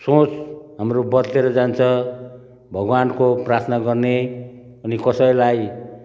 सोच हाम्रो बदलिएर जान्छ भगवान्को प्रार्थना गर्ने अनि कसैलाई